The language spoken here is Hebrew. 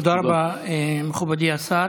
תודה רבה, מכובדי השר.